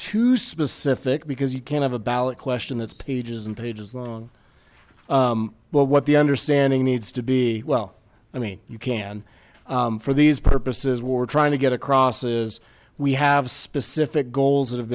too specific because you can have a ballot question that's pages and pages long but what the understanding needs to be well i mean you can for these purposes we're trying to get across is we have specific goals that have